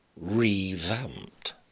revamped